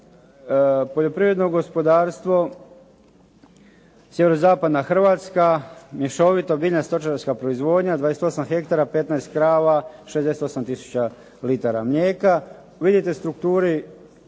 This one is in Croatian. poljoprivredno gospodarstvo sjeverozapadna Hrvatska, mješovita biljno-stočarska proizvodnja 28 ha, 15 krava, 68000 litara mlijeka. Vidite u strukturi